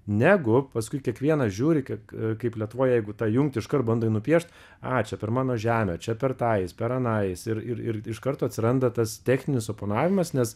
negu paskui kiekvienas žiūri kiek kaip lietuvoj jeigu tą jungtį iškart bandai nupiešt a čia per mano žemę čia per tą eis per aną eis ir ir ir iš karto atsiranda tas techninis oponavimas nes